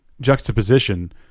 juxtaposition